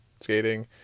skating